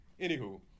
Anywho